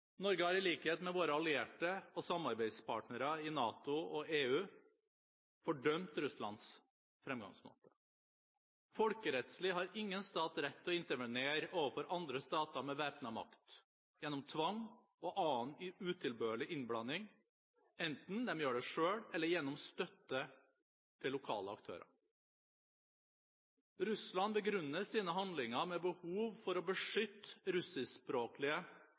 Norge har i likhet med våre allierte og samarbeidspartnere i NATO og EU fordømt Russlands fremgangsmåte. Folkerettslig har ingen stat rett til å intervenere overfor andre stater med væpnet makt, gjennom tvang og annen utilbørlig innblanding, enten de gjør det selv eller gjennom støtte til lokale aktører. Russland begrunner sine handlinger med behovet for å beskytte russiskspråklige